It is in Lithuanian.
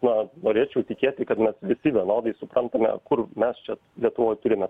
na norėčiau tikėti kad mes visi vienodai suprantame kur mes čia lietuvoj turime